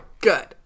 good